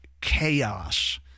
chaos